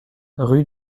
rue